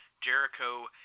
Jericho